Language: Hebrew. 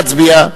נא להצביע.